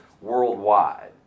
worldwide